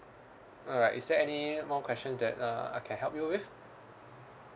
alright is there any more question that uh I can help you with